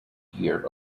year